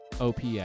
OPS